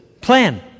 plan